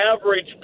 average